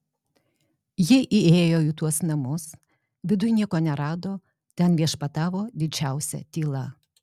ji įėjo į tuos namus viduj nieko nerado ten viešpatavo didžiausia tyla